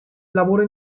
lavora